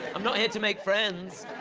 i'm not here to make friends.